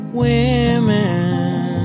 women